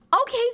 Okay